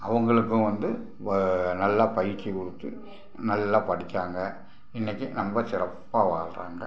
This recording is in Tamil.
அவங்களுக்கும் வந்து ரொம்ப நல்லா பயிற்சி கொடுத்து நல்லா படிக்கிறாங்க இன்னைக்கு ரொம்ப சிறப்பாக வாழுறாங்க